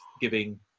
giving